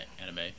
anime